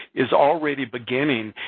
is already beginning.